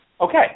Okay